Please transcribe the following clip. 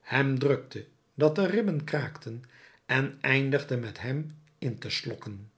hem drukte dat de ribben kraakten en eindigde met hem in te slokken